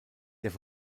das